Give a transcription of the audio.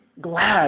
glad